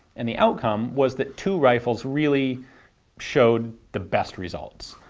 and the outcome was that two rifles really showed the best results,